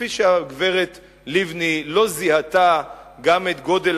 וכפי שהגברת לבני לא זיהתה גם את גודל